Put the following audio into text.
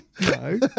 No